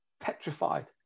Petrified